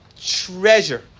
treasure